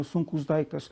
sunkus daiktas